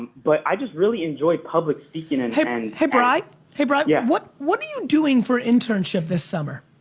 but i just really enjoy public speaking and hey and hey bri, hey bri, yeah what what are you doing for an internship this summer?